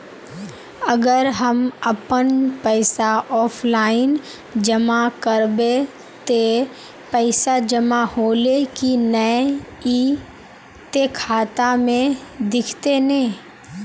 अगर हम अपन पैसा ऑफलाइन जमा करबे ते पैसा जमा होले की नय इ ते खाता में दिखते ने?